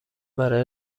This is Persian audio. برای